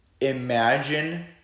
Imagine